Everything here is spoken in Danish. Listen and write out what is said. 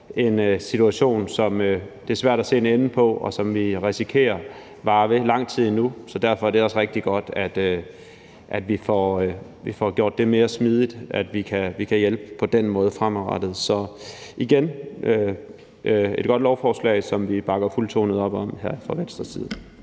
en situation, som det er svært at se en ende på, og som vi risikerer varer ved i lang tid endnu. Så derfor er det også rigtig godt, at vi får gjort det mere smidigt, at vi kan hjælpe på den måde fremadrettet. Så igen vil jeg sige, at det er et godt lovforslag, som vi bakker fuldtonet op om her fra Venstres side.